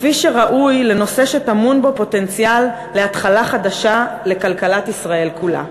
כפי שראוי לנושא שטמון בו פוטנציאל להתחלה חדשה לכלכלת ישראל כולה.